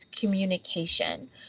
communication